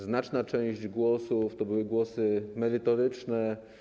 Znaczna część głosów to były głosy merytoryczne.